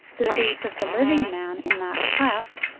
the face of the living man in that cleft,